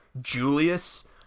Julius